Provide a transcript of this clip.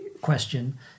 question